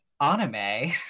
anime